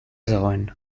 zegoen